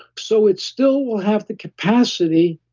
so, it still will have the capacity,